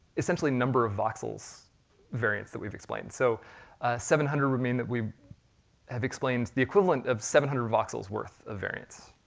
essentially number of voxels variance that we've explained. so seven hundred would mean that we've explained the equivalent of seven hundred voxels worth of variance.